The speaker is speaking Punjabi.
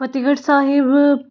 ਫਤਿਹਗੜ੍ਹ ਸਾਹਿਬ